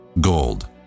gold